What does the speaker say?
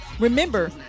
Remember